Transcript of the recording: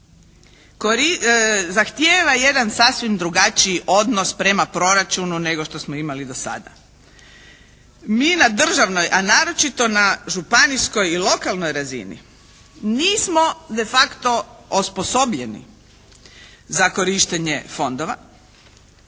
zahtijeva jedan sasvim drugačiji odnos prema proračunu nego što smo imali do sada. Mi na državnoj, a naročito na županijskoj i lokalnoj razini nismo de facto osposobljeni za korištenje fondova,